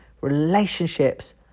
Relationships